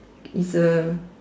is a